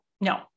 No